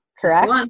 correct